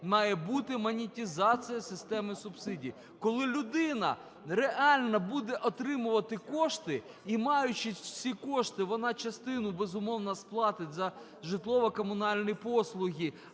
має бути монетизація системи субсидій, коли людина реально буде отримувати кошти, і, маючи ці кошти, вона частину, безумовно, сплатить за житлово-комунальні послуги,